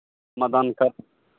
मतदान का